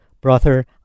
Brother